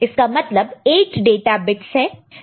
इसका मतलब 8 data bits है